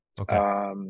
Okay